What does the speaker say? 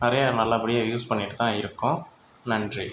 நிறையா நல்லபடியாக யூஸ் பண்ணிட்டு தான் இருக்கோம் நன்றி